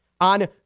on